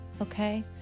okay